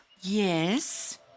Yes